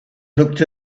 looked